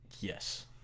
Yes